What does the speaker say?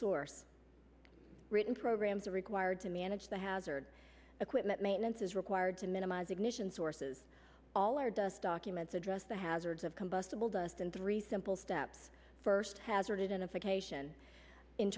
source written programs are required to manage the hazard equipment maintenance is required to minimize ignition sources all or dust documents address the hazards of combustible dust and three simple steps first hazarded and if occasion in